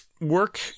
work